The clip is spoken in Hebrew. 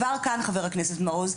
חבר הכנסת מעוז,